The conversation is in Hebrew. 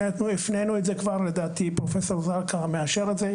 הפנינו את זה כבר לדעתי, פרופ' זרקא מאשר את זה.